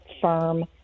firm